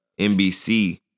NBC